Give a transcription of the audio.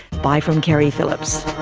bye from keri phillips.